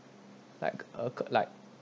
like uh like